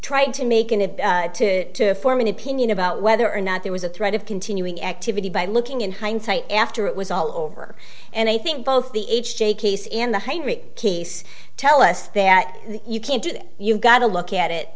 tried to make and have to form an opinion about whether or not there was a threat of continuing activity by looking in hindsight after it was all over and i think both the h j case in the heidrick case tell us that you can't do it you've got to look at it